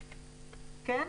כן?